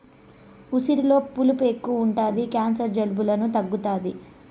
ఉసిరిలో పులుపు ఎక్కువ ఉంటది క్యాన్సర్, జలుబులను తగ్గుతాది